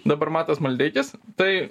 dabar matas maldeikis tai